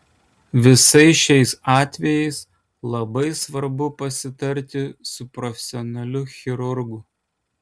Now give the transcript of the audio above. visais šiais atvejais labai svarbu pasitarti su profesionaliu chirurgu